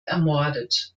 ermordet